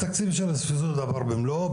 התקציב של הסבסוד עבר במלואו,